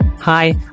Hi